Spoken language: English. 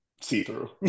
see-through